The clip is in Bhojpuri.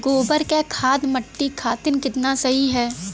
गोबर क खाद्य मट्टी खातिन कितना सही ह?